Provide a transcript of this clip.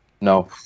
No